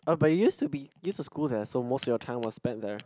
oh but used to be use to school and so most your time was spent there